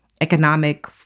Economic